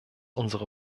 unsere